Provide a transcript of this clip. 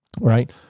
right